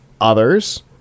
Others